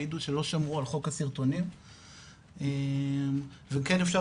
העידו שלא שמרו על חוק הסרטונים וכן אפשר